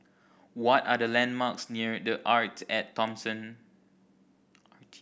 what are the landmarks near The Arte At Thomson